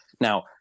Now